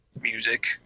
music